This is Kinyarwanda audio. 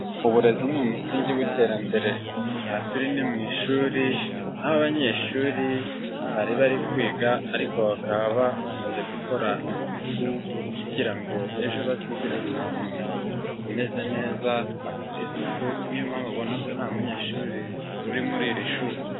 Uburezi ni umusingi w'iterambere. Aha turi ni mu ishuri, aho abanyeshuri bari bari kwiga ariko bakaba bamaze gukora isuku kugira ngo ejo bazigire ahantu hameze neza hafite isuku, niyo mpamvu ubona ko nta munyeshuri uri muri iri shuri.